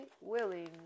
willing